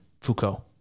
Foucault